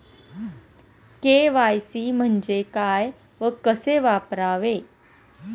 KYC म्हणजे काय व कसे करावे?